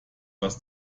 was